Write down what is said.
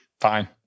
Fine